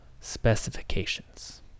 specifications